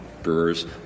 Brewers